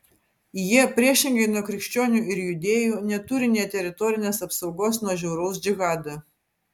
jie priešingai nuo krikščionių ir judėjų neturi nė teritorinės apsaugos nuo žiauraus džihado